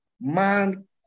man